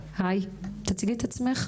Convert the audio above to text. תציגי את עצמך.